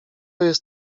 jest